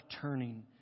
turning